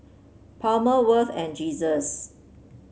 Palmer Worth and Jesus